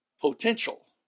potential